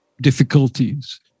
difficulties